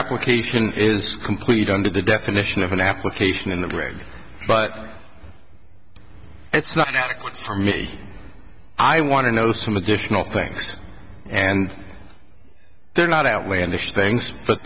application is complete under the definition of an application in the brig but it's not for me i want to know some additional things and they're not outlandish things but